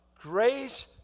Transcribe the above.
Grace